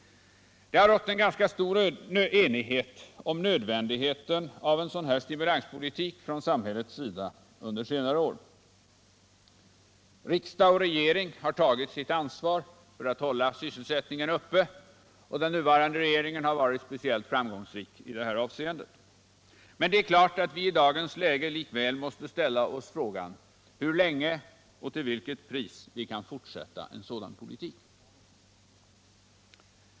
Det har rått ganska stor enighet om nödvändigheten av en sådan stimulanspolitik från samhällets sida under senare år. Riksdag och regering har tagit sitt ansvar för att hålla sysselsättningen uppe. Den nuvarande regeringen har varit speciellt framgångsrik härvidlag. Men det är klart att vi i dagens läge likväl måste ställa oss frågan hur länge och till vilket pris vi kan fortsätta en sådan politik.